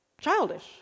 childish